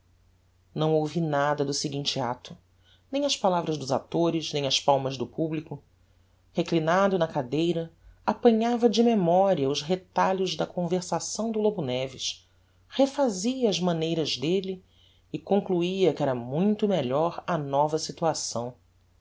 não ouvi nada do seguinte acto nem as palavras dos actores nem as palmas do publico reclinado na cadeira apanhava de memoria os retalhos da conversação do lobo neves refazia as maneiras delle e concluia que era muito melhor a nova situaçao